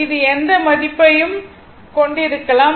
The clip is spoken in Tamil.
அது எந்த மதிப்பையும் கொண்டிருக்கலாம்